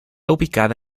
ubicada